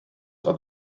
oedd